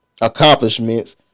accomplishments